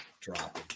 drop